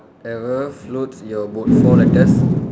whatever floats your boat four letters